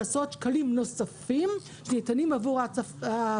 של עשרות שקלים נוספים שניתנים עבור ההפצה.